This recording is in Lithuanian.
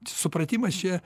supratimas čia